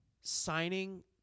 signing